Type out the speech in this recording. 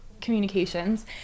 communications